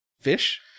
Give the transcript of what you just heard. fish